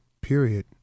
period